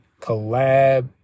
collab